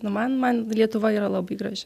nu man man lietuva yra labai graži